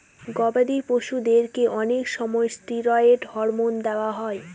গবাদি পশুদেরকে অনেক সময় ষ্টিরয়েড হরমোন দেওয়া হয়